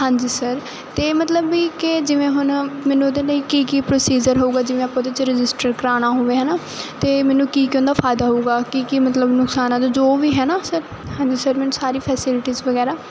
ਹਾਂਜੀ ਸਰ ਤੇ ਮਤਲਬ ਵੀ ਕਿ ਜਿਵੇਂ ਹੁਣ ਮੈਨੂੰ ਉਹਦੇ ਲਈ ਕੀ ਕੀ ਪ੍ਰੋਸੀਜਰ ਹੋਊਗਾ ਜਿਵੇਂ ਆਪਾਂ ਉਹਦੇ ਚ ਰਜਿਸਟਰ ਕਰਾਣਾ ਹੋਵੇ ਹਨਾ ਤੇ ਮੈਨੂੰ ਕੀ ਕਹਿੰਦਾ ਫਾਇਦਾ ਹੋਊਗਾ ਕੀ ਕੀ ਮਤਲਬ ਨੁਕਸਾਨ ਜੋ ਵੀ ਹੈਨਾ ਸਰ ਹਾਂਜੀ ਸਰ ਮੈਂ ਸਾਰੀ ਫੈਸਿਲਿਟੀਜ ਵਗੈਰਾ